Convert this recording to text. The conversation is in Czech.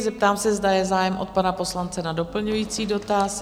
Zeptám se, zda je zájem od pana poslance na doplňující dotaz.